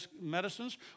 medicines